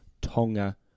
Tonga